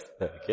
Okay